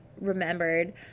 remembered